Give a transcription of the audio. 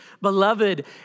beloved